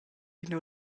ina